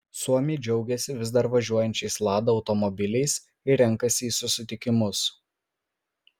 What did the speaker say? suomiai džiaugiasi vis dar važiuojančiais lada automobiliais ir renkasi į susitikimus